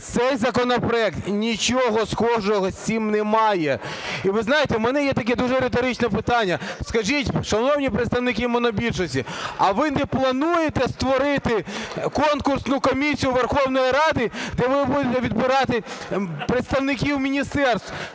Цей законопроект нічого схожого з цим не має. І, ви знаєте, у мене є таке дуже риторичне питання. Скажіть, шановні представники монобільшості, а ви не плануєте створити конкурсну комісію Верховної Ради, де ви будете відбирати представників міністерств?